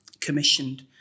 commissioned